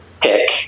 pick